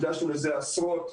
הקדשנו לזה עשרות,